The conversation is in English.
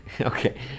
Okay